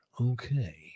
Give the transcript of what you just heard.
Okay